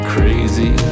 Crazy